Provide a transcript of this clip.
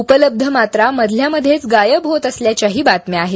उपलब्ध मात्रा मधल्यामधेच गायब होत असल्याच्याही बातम्या आहेत